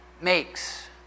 makes